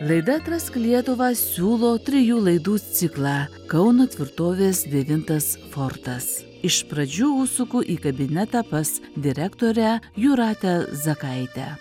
laida atrask lietuvą siūlo trijų laidų ciklą kauno tvirtovės devintas fortas iš pradžių užsuku į kabinetą pas direktorę jūratę zakaitę